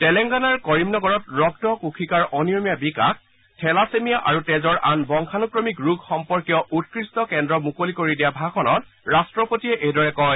তেলেংগানাৰ কৰিমনগৰত ৰক্ত কোশিকাৰ অনিয়মীয়া বিকাশ থেলাছেমিয়া আৰু তেজৰ আন বংশানুক্ৰমিক ৰোগ সম্পৰ্কীয় উৎকৃষ্ট কেন্দ্ৰ মুকলি কৰি দিয়া ভাষণত ৰাট্টপতিয়ে এইদৰে কয়